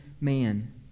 man